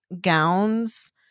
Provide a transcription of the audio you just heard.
gowns